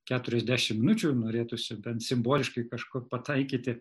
keturiasdešimt minučių norėtųsi bent simboliškai kažkur pataikyti